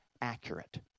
accurate